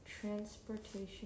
transportation